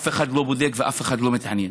אף אחד לא בודק ואף אחד לא מתעניין.